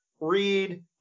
read